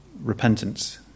Repentance